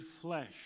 flesh